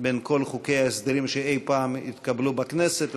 מכל חוקי ההסדרים שאי-פעם התקבלו בכנסת,